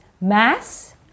mass